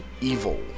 evil